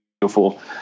beautiful